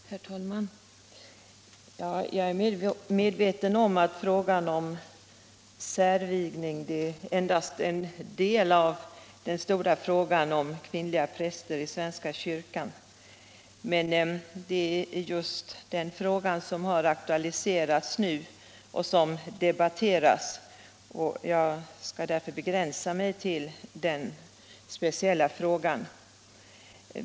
Herr talman! Jag är medveten om att frågan om särvigning endast är en del av den stora frågan om kvinnliga präster i svenska kyrkan, men det är just den frågan som har aktualiserats nu och som debatteras. Jag skall därför begränsa mig till den speciella frågan.